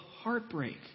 heartbreak